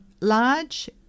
large